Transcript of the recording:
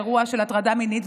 אירוע של הטרדה מינית,